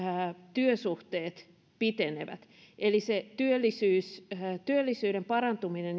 työsuhteet pitenevät eli se työllisyyden parantuminen